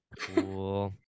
Cool